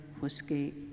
whiskey